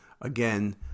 Again